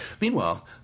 Meanwhile